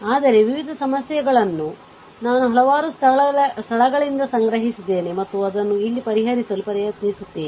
ಆದರೆ ವಿವಿಧ ಸಮಸ್ಯೆಯಗಳನ್ನು ನಾನು ಹಲವಾರು ಸ್ಥಳಗಳಿಂದ ಸಂಗ್ರಹಿಸಿದ್ದೇನೆ ಮತ್ತು ಅದನ್ನು ಇಲ್ಲಿ ಪರಿಹಾರಿಸಲು ಪ್ರಯತ್ನಿಸುತ್ತೇನೆ